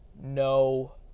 no